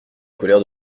colère